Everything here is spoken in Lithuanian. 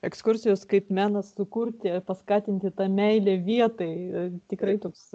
ekskursijos kaip menas sukurti paskatinti tą meilę vietai tikrai toks